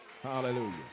Hallelujah